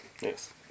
Yes